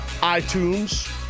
iTunes